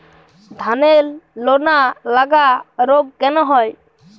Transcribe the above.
ধানের লোনা লাগা রোগ কেন হয়?